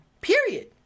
Period